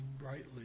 brightly